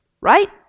Right